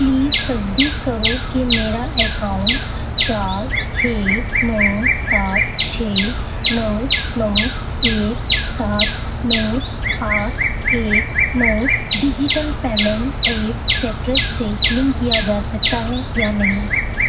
please تصدیق کرو کہ میرا اکاؤنٹ چار چھ نو سات چھ نو نو ایک سات نو آٹھ ایک نو ڈیجیٹل پیمنٹ ایپ سیٹرَس سے لنک کیا جا سکتا ہے یا نہیں